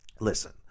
Listen